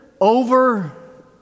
over